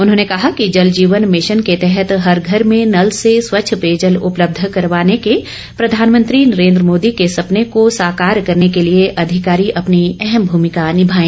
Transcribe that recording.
उन्होंने कहा कि जल जीवन भिशन के तहत हर घर में नल से स्वच्छ पेयजल उपलब्ध करवाने के प्रधानमंत्री नरेंद्र मोदी के सपने को साकार करने के लिए अधिकारी अपनी अहम भूमिका निभाएं